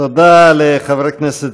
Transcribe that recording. תודה לחבר הכנסת,